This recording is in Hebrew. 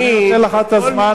אני נותן לך את הזמן.